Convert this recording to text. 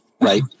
right